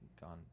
gone